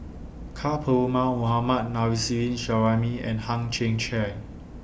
Ka Perumal Mohammad Nurrasyid Juraimi and Hang Chang Chieh